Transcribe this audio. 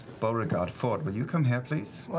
beauregard, fjord, will you come here, please?